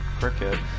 Cricket